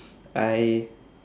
I